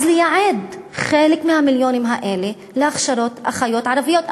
לייעד חלק מהמיליונים האלה להכשרות אחיות ערביות.